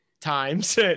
times